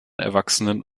erwachsenen